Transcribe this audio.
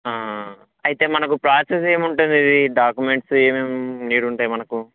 అయితే మనకు ప్రాసెస్ ఏముంటుంది అది డాక్యుమెంట్స్ ఏమేమి నీడ్ ఉంటాయి మనకు